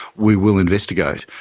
we will investigate.